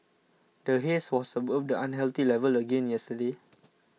the haze was above the unhealthy level again yesterday